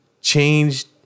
changed